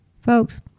Folks